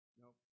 Nope